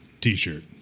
T-shirt